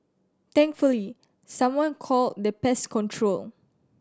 thankfully someone called the pest control